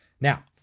Now